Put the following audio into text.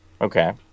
Okay